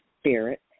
spirit